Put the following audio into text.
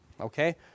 okay